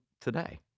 today